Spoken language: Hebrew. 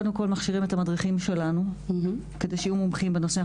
אנחנו קודם כול מכשירים את המדריכים שלנו כדי שיהיו מומחים בנושא.